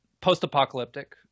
post-apocalyptic